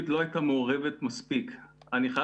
הרשות להגנת הפרטיות לא היתה מעורבת מספיק.